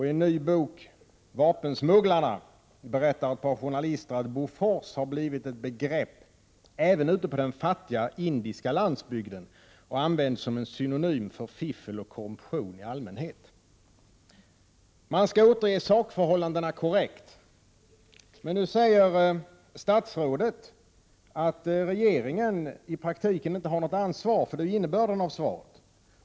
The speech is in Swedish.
I en ny bok, Vapensmugglarna, berättar ett par journalister att Bofors har blivit ett begrepp även ute på den fattiga indiska landsbygden och används som en synonym för fiffel och korruption i allmänhet. Man skall återge sakförhållandena korrekt, men nu säger statsrådet att regeringen i praktiken inte har något ansvar, för det är ju innebörden av svaret.